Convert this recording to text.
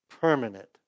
permanent